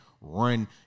run